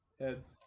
Heads